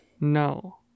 No